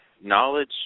knowledge